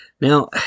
Now